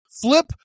flip